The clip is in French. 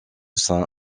saint